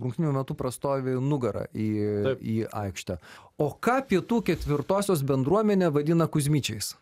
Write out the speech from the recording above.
rungtynių metu prastovi nugara į į aikštę o ką pietų ketvirtosios bendruomenė vadina kuzmičiais